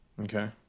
Okay